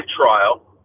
trial